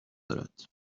دارد